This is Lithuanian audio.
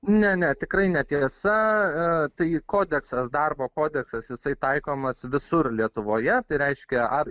ne ne tikrai netiesa tai kodeksas darbo kodeksas jisai taikomas visur lietuvoje tai reiškia ar